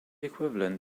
equivalent